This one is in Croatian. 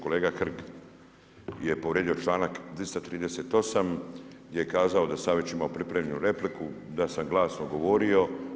Kolega Hrg je povrijedio članak 238. gdje je kazao da sam ja već imao pripremljenu repliku, da sam glasno govorio.